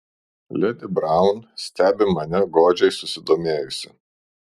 ledi braun stebi mane godžiai susidomėjusi